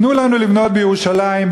תנו לנו לבנות בירושלים,